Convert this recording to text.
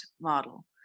model